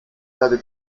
werde